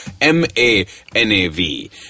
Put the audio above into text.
M-A-N-A-V